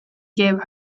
gave